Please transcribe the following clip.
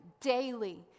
daily